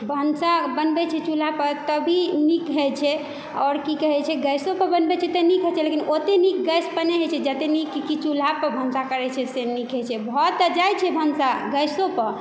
भनसा बनबै छै चूल्हा पर तभी नीक होइ छै और की कहै छै गैसो पर बनबै छै तऽ नीक होइ छै लेकिन ओतेक नीक गैस पर नहि होइ छै जतेक नीक कि चूल्हा पर भनसा करै छै से नीक होइ छै भऽ तऽ जाइ छै भनसा गैसो पर